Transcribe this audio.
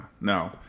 no